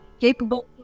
capable